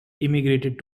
emigrated